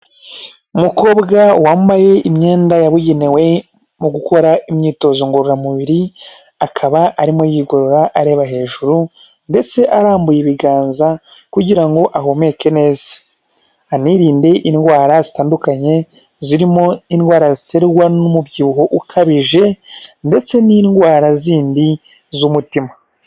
Umukobwa wambaye imyenda yabugenewe mu gukora imyitozo ngororamubiri, akaba arimo yigorora areba hejuru ndetse arambuye ibiganza kugira ngo ahumeke neza, anirinde indwara zitandukanye, zirimo indwara ziterwa n'umubyibuho ukabije ndetse n'indwara zindi z'umutima.